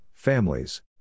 families